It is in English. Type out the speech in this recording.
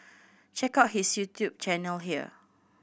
check out his YouTube channel here